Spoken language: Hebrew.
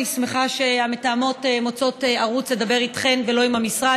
אני שמחה שהמתאמות מוצאות ערוץ לדבר איתכן ולא עם המשרד.